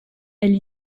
elle